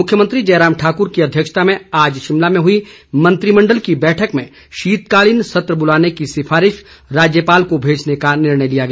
मुख्यमंत्री जयराम ठाकुर की अध्यक्षता में आज शिमला में हुई मंत्रिमंडल की बैठक में शीतकालीन सत्र बुलाने की सिफारिश राज्यपाल को भेजने का निर्णय लिया गया